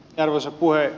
tällaiset puheet